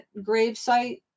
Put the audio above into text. gravesite